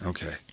Okay